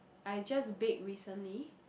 I just baked recently